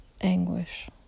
anguish